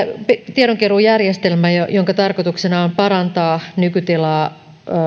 tiedonkeruujärjestelmää jonka tarkoituksena on parantaa nykytilaa